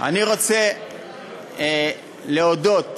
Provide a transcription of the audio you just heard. אני רוצה להודות